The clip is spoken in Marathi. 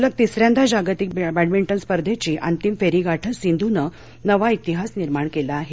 सलग तिसर्यांदा जागतिक बॅडमिंटन स्पर्धेची अंतिम फेरी गाठत सिंधूनं नवा इतिहास निर्माण केला आहे